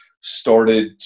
started